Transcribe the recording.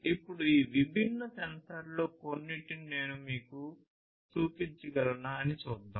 ఇప్పుడు ఈ విభిన్న సెన్సార్లలో కొన్నింటిని నేను మీకు చూపించగలనా అని చూద్దాం